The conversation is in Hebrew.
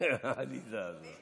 חמש